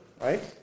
Right